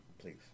please